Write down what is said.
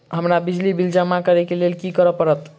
हमरा बिजली बिल जमा करऽ केँ लेल की करऽ पड़त?